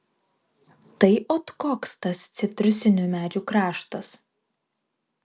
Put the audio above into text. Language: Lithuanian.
tai ot koks tas citrusinių medžių kraštas